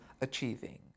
achieving